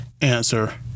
Answer